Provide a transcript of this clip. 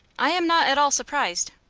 i am not at all surprised.